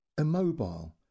immobile